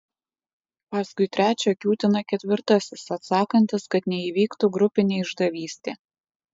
paskui trečią kiūtina ketvirtasis atsakantis kad neįvyktų grupinė išdavystė